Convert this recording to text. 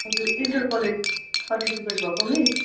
ए हजुर inter college participate भएको miss